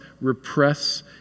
repress